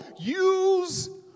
Use